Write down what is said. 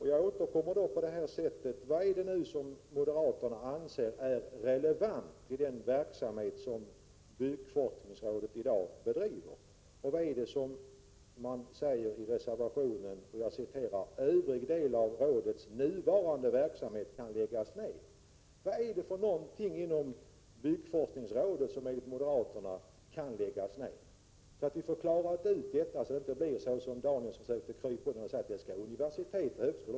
Vad anser moderaterna är relevant i den verksamhet som byggforskningsrådet i dag bedriver? I reservationen säger moderaterna: ”Övrig del av rådets nuvarande verksamhet kan läggas ned.” Vad är det som enligt moderaterna kan läggas ner inom byggforskningsrådet? Vi måste klara ut detta — Bertil Danielsson kan inte bara säga att det är en uppgift för universitet och högskolor.